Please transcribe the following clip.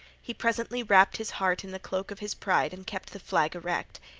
he presently wrapped his heart in the cloak of his pride and kept the flag erect.